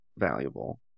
valuable